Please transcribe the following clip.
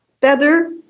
feather